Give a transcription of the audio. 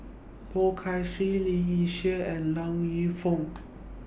Poh Kay Swee Lee Yi Shyan and Yong Lew Foong